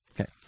Okay